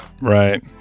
Right